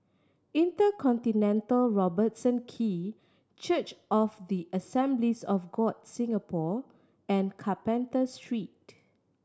InterContinental Robertson Quay Church of the Assemblies of God Singapore and Carpenter Street